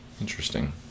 Interesting